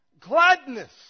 gladness